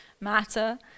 matter